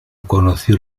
conoció